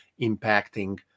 impacting